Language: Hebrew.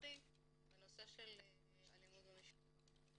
משפחתי בנושא של אלימות במשפחה.